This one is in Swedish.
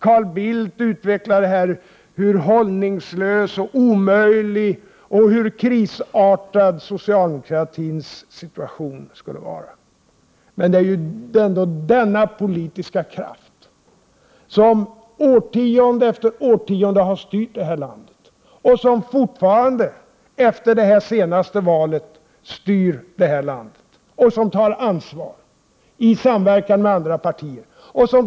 Carl Bildt har utvecklat hur hållningslös, omöjlig och krisartad socialdemokratins situation skulle vara. Men det är ändå denna politiska kraft som årtionde efter årtionde har styrt detta land och som fortfarande efter det senaste valet styr detta land. Den tar ansvar i samverkan med andra partier.